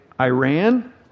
Iran